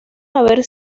haber